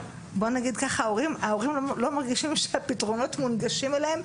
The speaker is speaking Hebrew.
ההורים לא מרגישים שהפתרונות מונגשים להם,